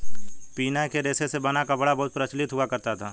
पिना के रेशे से बना कपड़ा बहुत प्रचलित हुआ करता था